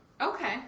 Okay